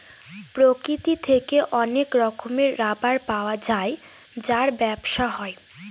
প্রকৃতি থেকে অনেক রকমের রাবার পাওয়া যায় যার ব্যবসা হয়